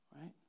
Right